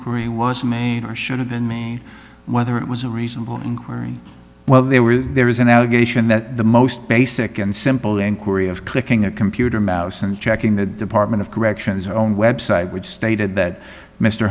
inquiry was made or should have been me whether it was a reasonable inquiry well they were there is an allegation that the most basic and simple inquiry of clicking a computer mouse and checking the department of corrections own website which stated that mr